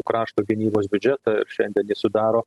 krašto gynybos biudžetą ir šiandien jis sudaro